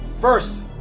First